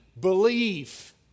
believe